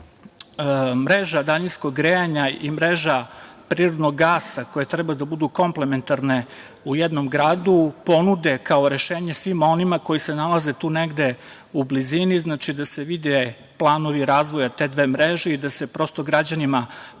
se mreža daljinskog grejanja i mreža prirodnog gasa koje treba da budu komplementarne u jednom gradu ponude kao rešenje svima onima koji se nalaze tu negde u blizini, znači da se vide planovi razvoja te dve mreže i da se prosto građanima ponude